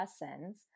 lessons